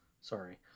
Sorry